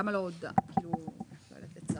למה לא הודעה לא יודעת לצרף?